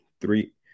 Three